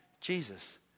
Jesus